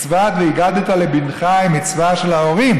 מצוות "והגדת לבנך" היא מצווה של ההורים,